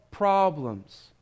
Problems